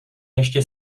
ještě